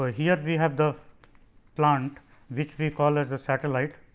ah here we have the plant which we call as the satellite